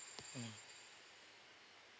mm